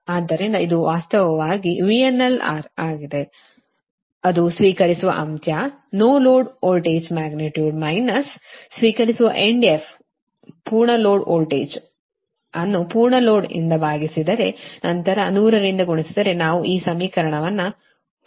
ಆದ್ದರಿಂದ ಇದು ವಾಸ್ತವವಾಗಿ VRNL ಆಗಿದೆ ಅದು ಸ್ವೀಕರಿಸುವ ಅಂತ್ಯ no load voltage magnitude minus ಸ್ವೀಕರಿಸುವ ಎಂಡ್ F ಅಲ್ಲಿ ಪೂರ್ಣ ಲೋಡ್ ವೋಲ್ಟೇಜ್ ಅನ್ನು ಪೂರ್ಣ ಲೋಡ್ ಇಂದ ಭಾಗಿಸಿದರೆ ನಂತರ 100 ರಿಂದ ಗುಣಿಸಿದರೆ ನಾವು ಈ ಸಮೀಕರಣವನ್ನು ಪಡೆಯುತ್ತೇವೆ